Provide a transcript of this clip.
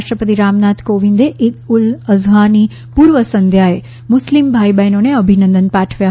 રાષ્ટ્રપતિ રામનાથ કોવિદે ઈદ ઉલ અઝહાની પૂર્વ સંધ્યાએ મુસ્લિમ ભાઈ બહેનોને અભિનંદન પાઠવ્યા છે